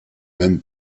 même